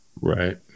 Right